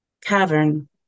cavern